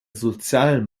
sozialen